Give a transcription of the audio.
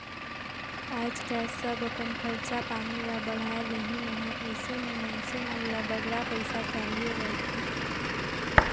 आएज काएल सब अपन खरचा पानी ल बढ़ाए लेहिन अहें अइसे में मइनसे मन ल बगरा पइसा चाहिए रहथे